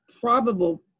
probable